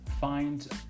find